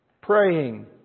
Praying